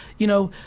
you know,